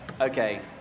Okay